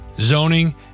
zoning